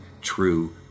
true